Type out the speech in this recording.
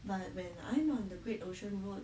but when I'm on the great ocean road